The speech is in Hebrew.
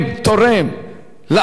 דוגמאות,